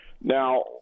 Now